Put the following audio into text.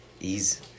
ease